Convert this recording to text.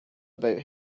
about